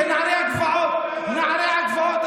אלה נערי הגבעות, נערי הגבעות.